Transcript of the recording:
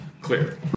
Clear